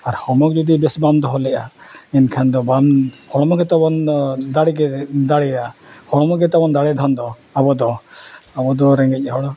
ᱟᱨ ᱦᱚᱲᱢᱚ ᱡᱩᱫᱤ ᱵᱮᱥ ᱵᱟᱢ ᱫᱚᱦᱚ ᱞᱮᱫᱼᱟ ᱮᱱᱠᱷᱟᱱ ᱫᱚ ᱵᱟᱢ ᱦᱚᱲᱢᱚ ᱜᱮᱛᱟᱵᱚᱱ ᱫᱚ ᱫᱟᱲᱮ ᱜᱮ ᱫᱟᱲᱮᱭᱟᱜᱼᱟ ᱦᱚᱲᱢᱚ ᱜᱮᱛᱟᱵᱚᱱ ᱫᱟᱲᱮ ᱫᱷᱚᱱ ᱫᱚ ᱟᱵᱚ ᱫᱚ ᱟᱵᱚ ᱫᱚ ᱨᱮᱸᱜᱮᱡ ᱦᱚᱲ